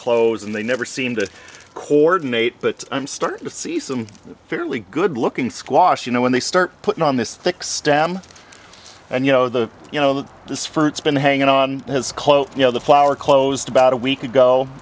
close and they never seem to coordinate but i'm starting to see some fairly good looking squash you know when they start putting on this thick stem and you know the you know that this ferns been hanging on has quote you know the flower closed about a week ago